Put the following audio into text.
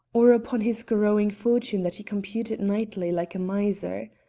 or upon his growing fortune that he computed nightly like a miser.